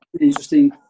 interesting